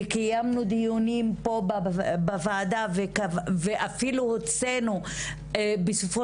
וקיימנו פה דיונים בוועדה ואפילו הוצאנו סיכום